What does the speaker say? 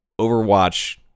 Overwatch